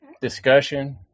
discussion